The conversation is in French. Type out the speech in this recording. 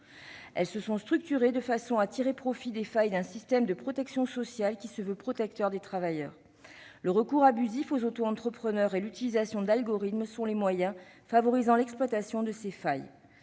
Elles se sont structurées de façon à tirer profit des failles d'un système de protection sociale qui se veut protecteur des travailleurs. Le recours abusif aux auto-entrepreneurs et l'utilisation d'algorithmes sont les moyens favorisant l'exploitation de ces failles.